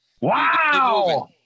wow